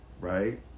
Right